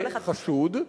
חשוד,